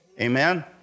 Amen